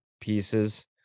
pieces